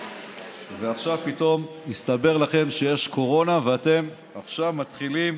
ועכשיו פתאום הסתבר לכם שיש קורונה ואתם עכשיו מתחילים